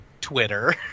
Twitter